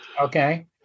okay